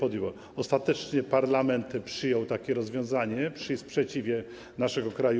Ostatecznie Parlament przyjął takie rozwiązanie, przy sprzeciwie naszego kraju,